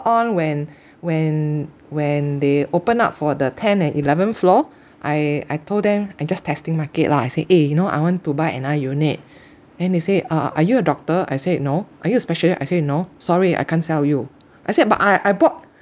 on when when when they opened up for the tenth and eleventh floor I I told them I just testing market lah I say eh you know I want to buy another unit then they say uh are you a doctor I said no are you a specialist I say no sorry I can't sell you I said but I I bought